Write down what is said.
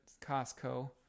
Costco